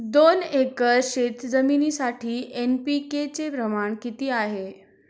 दोन एकर शेतजमिनीसाठी एन.पी.के चे प्रमाण किती आहे?